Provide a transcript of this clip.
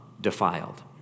defiled